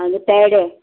आनी पेडे